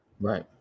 Right